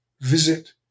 visit